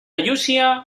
llúcia